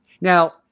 Now